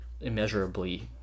immeasurably